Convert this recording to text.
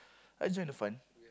I enjoy the fun